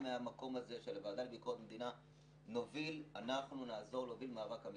מהמקום הזה של הוועדה לביקורת המדינה נוביל אנחנו מאבק אמיתי.